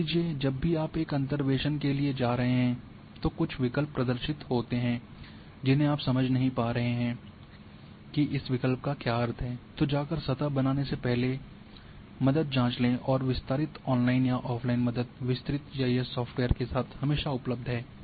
मान लीजिये जब भी आप एक अंतर्वेसन के लिए जा रहे हैं तो कुछ विकल्प प्रदर्शित होते हैं जिन्हे आप समझ नहीं पा रहे हैं कि इस विकल्प का अर्थ क्या है तो जाकर सतह बनाने से पहले मदद जाँच ले और विस्तारित ऑनलाइन या ऑफलाइन मदद विस्तृत जीआईएस सॉफ्टवेयर के साथ हमेशा उपलब्ध है